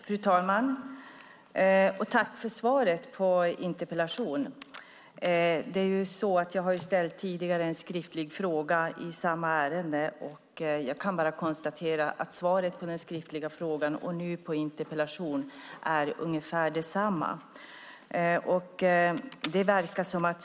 Fru talman! Jag tackar statsrådet för svaret på interpellationen. Jag ställde tidigare en skriftlig fråga i samma ärende och konstaterar att svaret på den skriftliga frågan och interpellationen är ungefär detsamma.